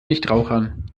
nichtrauchern